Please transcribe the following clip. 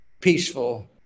peaceful